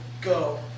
Go